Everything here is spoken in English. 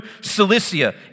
Cilicia